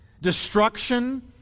destruction